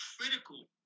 critical